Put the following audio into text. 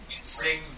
sing